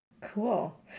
Cool